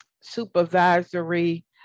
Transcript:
supervisory